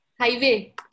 Highway